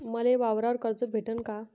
मले वावरावर कर्ज भेटन का?